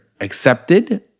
accepted